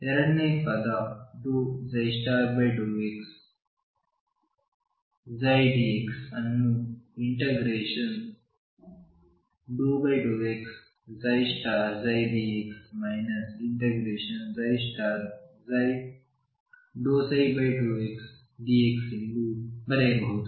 ಎರಡನೇ ಪದ ∂xψdx ಅನ್ನು∫∂xdx ∫∂ψ∂xdx ಎಂದು ಬರೆಯಬಹುದು